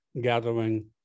gathering